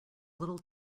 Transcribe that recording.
little